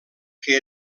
que